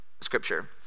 scripture